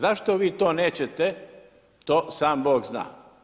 Zašto vi to nećete, to sam Bog zna.